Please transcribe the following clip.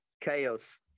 chaos